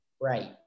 Right